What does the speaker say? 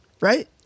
Right